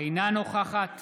אינה נוכחת